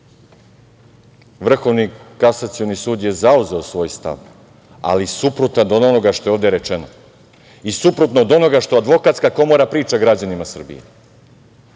Vrhovni kasacioni sud je zauzeo svoj stav, ali suprotan od onoga što je ovde rečeno i suprotno od onoga što Advokatska komora priča građanima Srbije.